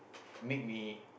make me